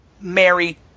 Mary